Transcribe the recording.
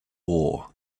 war